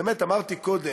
באמת, אמרתי קודם,